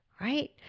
right